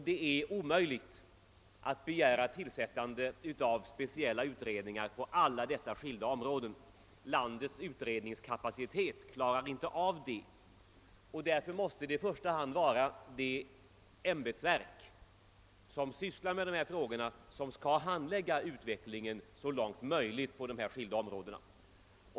Det är omöjligt att begära tillsättande av speciella utredningar på alla dessa skilda områden; landets utredningskapacitet klarar inte av det. Därför måste det i första hand vara de ämbetsverk, som handlägger frågorna, som så långt möjligt har att följa utvecklingen på de skilda områdena.